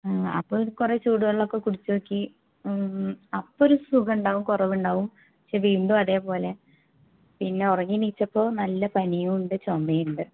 അപ്പോൾ കുറെ ചൂടുവെള്ളമൊക്കെ കുടിച്ചുനോക്കി അപ്പമൊരു സുഖമുണ്ടാകും കുറവുണ്ടാകും പക്ഷെ വീണ്ടും അതേപോലെ പിന്നെ ഉറങ്ങി എണീച്ചപ്പോൾ നല്ല പനിയുമുണ്ട് ചുമ്മയുമുണ്ട്